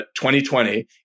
2020